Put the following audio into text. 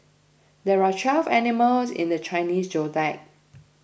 there are twelve animals in the Chinese zodiac